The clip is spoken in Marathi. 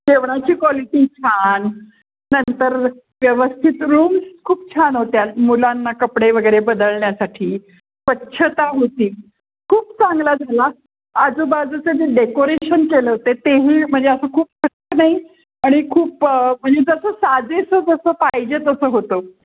जेवणाची क्वालिटी छान नंतर व्यवस्थित रूम्स खूप छान होत्या मुलांना कपडे वगैरे बदलण्यासाठी स्वच्छता होती खूप चांगला झाला आजूबाजूचं जे डेकोरेशन केलं होते तेही म्हणजे असं खूप कसं नाही आणि खूप म्हणजे जसं साजेसं जसं पाहिजे तसं होतं